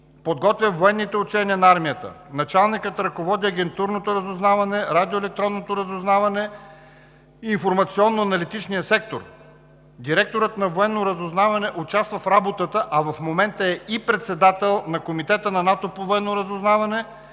подготвя военните учения на Армията. Началникът ръководи агентурното разузнаване, радиоелектронното разузнаване и Информационно-аналитичния сектор. Директорът на Служба „Военно разузнаване“ участва в работата, а в момента е и председател на Комитета на НАТО по военно разузнаване,